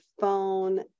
phone